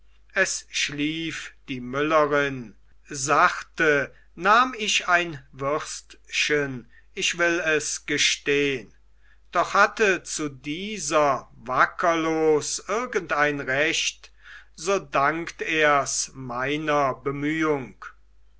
es schlief die müllerin sachte nahm ich ein würstchen ich will es gestehn doch hatte zu dieser wackerlos irgendein recht so dankt ers meiner bemühung